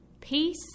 peace